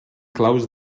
clau